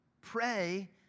Pray